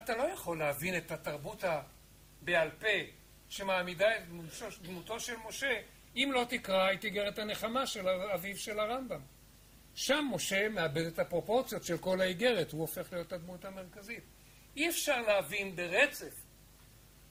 אתה לא יכול להבין את התרבות בעל פה שמעמידה את דמותו של משה אם לא תקרא את איגרת הנחמה של אביו של הרמב״ם שם משה מאבד את הפרופורציות של כל האיגרת הוא הופך להיות הדמות המרכזית אי אפשר להבין ברצף